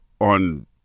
on